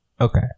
Okay